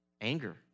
Anger